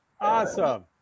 awesome